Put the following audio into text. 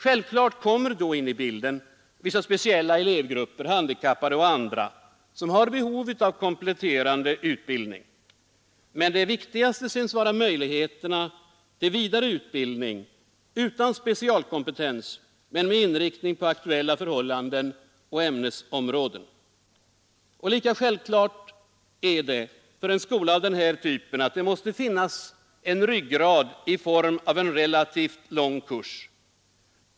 Självfallet kommer då in i bilden vissa speciella elevgrupper — handikappade och andra — som har behov av kompletterande utbildning. Men det viktigaste synes vara möjligheterna till vidare utbildning utan specialkompetens men med inriktning på aktuella förhållanden och ämnesområden. Lika självklart är det för en skola av den här typen att det måste finnas en ryggrad i form av en relativt lång kurs.